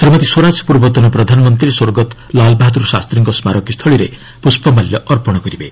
ଶ୍ରୀମତୀ ସ୍ୱରାଜ ପୂର୍ବତନ ପ୍ରଧାନମନ୍ତ୍ରୀ ସ୍ୱର୍ଗତ ଲାଲ୍ବାହାଦୁର ଶାସ୍ତ୍ରୀଙ୍କ ସ୍କାରକୀ ସ୍ଥଳୀରେ ପୁଷ୍ପମାଲ୍ୟ ଅର୍ପଣ କରିବେ